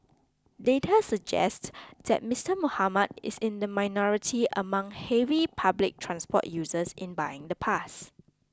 data suggest that Mister Muhammad is in the minority among heavy public transport users in buying the pass